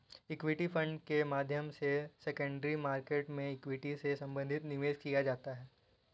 equity fund के माध्यम से सेकेंडरी मार्केट में इक्विटी से संबंधित निवेश किया जाता है